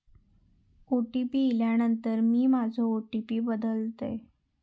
OTP इल्यानंतर मी माझो ओ.टी.पी बदललय